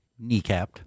kneecapped